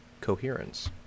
Coherence